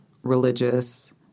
religious